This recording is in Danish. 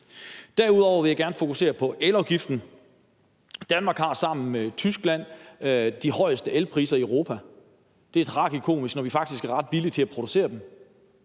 Derudover vil jeg gerne fokusere på elafgiften. Danmark har sammen med Tyskland de højeste elpriser Europa. Det er tragikomisk, når vi faktisk producerer el